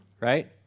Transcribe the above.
Right